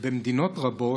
ובמדינות רבות,